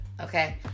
okay